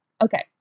Okay